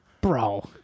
Bro